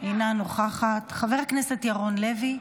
אינה נוכחת, חבר הכנסת ירון לוי,